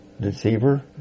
deceiver